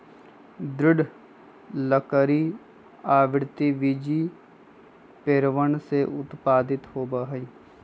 दृढ़ लकड़ी आवृतबीजी पेड़वन से उत्पादित होबा हई